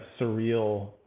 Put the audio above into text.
surreal